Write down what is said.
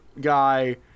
guy